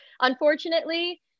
unfortunately